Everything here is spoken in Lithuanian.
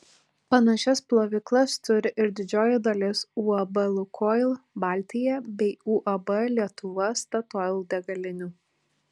panašias plovyklas turi ir didžioji dalis uab lukoil baltija bei uab lietuva statoil degalinių